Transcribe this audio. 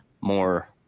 more